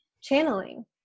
channeling